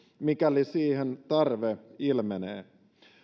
mikäli siihen tarve ilmenee